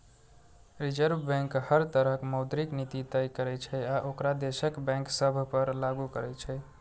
reserve bank हर तरहक मौद्रिक नीति तय करै छै आ ओकरा देशक बैंक सभ पर लागू करै छै